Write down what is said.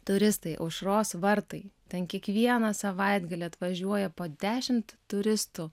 turistai aušros vartai ten kiekvieną savaitgalį atvažiuoja po dešimt turistų